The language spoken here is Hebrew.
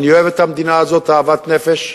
אני אוהב את המדינה הזאת אהבת נפש,